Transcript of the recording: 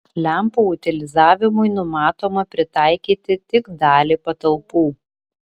lempų utilizavimui numatoma pritaikyti tik dalį patalpų